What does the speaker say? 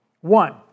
One